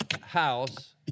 house